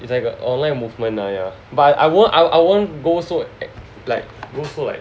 it's like a online movement 那样 but I won't I won't go so like go so like